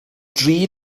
dri